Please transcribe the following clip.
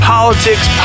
Politics